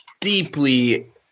deeply